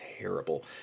terrible